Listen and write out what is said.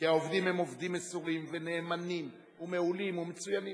כי העובדים הם עובדים מסורים ונאמנים ומעולים ומצוינים.